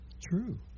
True